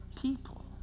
people